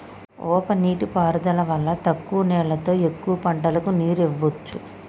ఉప నీటి పారుదల వల్ల తక్కువ నీళ్లతో ఎక్కువ పంటలకు నీరు ఇవ్వొచ్చు